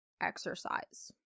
exercise